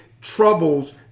troubles